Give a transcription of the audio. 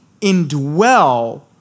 indwell